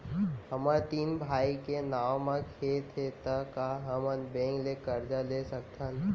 हमर तीन भाई के नाव म खेत हे त का हमन बैंक ले करजा ले सकथन?